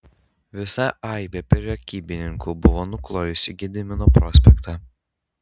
visa aibė prekybininkų buvo nuklojusi gedimino prospektą